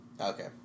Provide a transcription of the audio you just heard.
Okay